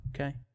Okay